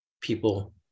people